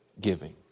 giving